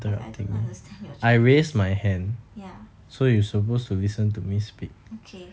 because I don't understand your chinese ya okay